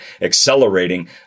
accelerating